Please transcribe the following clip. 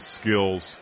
skills